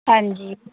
ਹਾਂਜੀ